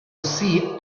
see